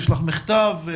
ישלח מכתב.